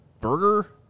burger